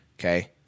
Okay